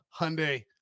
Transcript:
hyundai